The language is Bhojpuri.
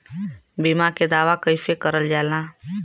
बीमा के दावा कैसे करल जाला?